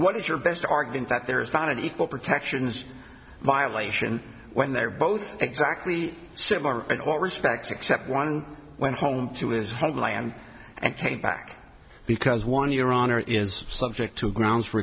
what is your best argument that there is not an equal protections violation when they're both exactly similar at all respects except one went home to his homeland and came back because one your honor is subject to grounds for